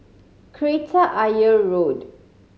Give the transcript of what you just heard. Kreta Ayer Road